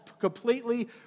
completely